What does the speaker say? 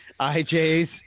IJs